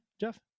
Jeff